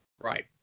Right